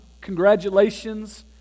congratulations